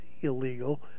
illegal